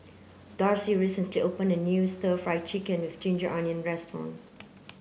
Darcie recently opened a new stir fry chicken with ginger onion restaurant